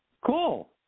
Cool